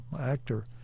actor